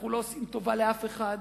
אנחנו לא עושים טובה לאף אחד.